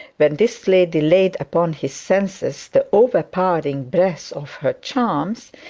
when this lady laid upon his senses the overpowering breath of her charms,